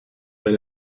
been